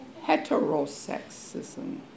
Heterosexism